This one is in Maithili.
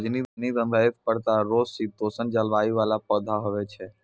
रजनीगंधा एक प्रकार रो शीतोष्ण जलवायु वाला पौधा हुवै छै